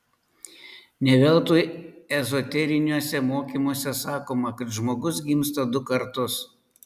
ne veltui ezoteriniuose mokymuose sakoma kad žmogus gimsta du kartus